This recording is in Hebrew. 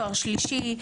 תואר שלישי,